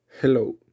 Hello